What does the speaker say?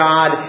God